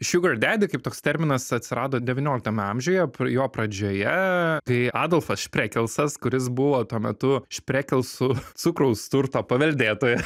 sugar daddy kaip toks terminas atsirado devynioliktame amžiuje jo pradžioje kai adolfas šprekelsas kuris buvo tuo metu šprekelsų cukraus turto paveldėtoja